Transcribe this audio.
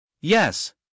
Yes